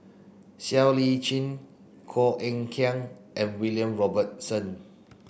Siow Lee Chin Koh Eng Kian and William Robinson